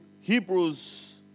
Hebrews